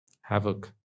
havoc